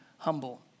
humble